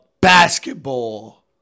basketball